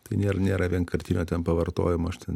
tai nėra nėra vienkartinio ten pavartojimo aš ten